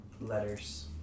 Letters